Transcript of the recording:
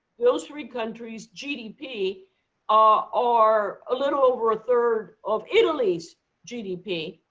those three countries' gdp ah are a little over a third of italy's gdp,